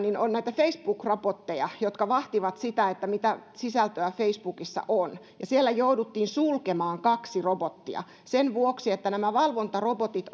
on näitä facebook robotteja jotka vahtivat sitä mitä sisältöä facebookissa on siellä jouduttiin sulkemaan kaksi robottia sen vuoksi että nämä valvontarobotit